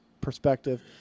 perspective